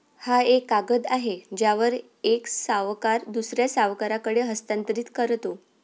हा एक कागद आहे ज्यावर एक सावकार दुसऱ्या सावकाराकडे हस्तांतरित करतो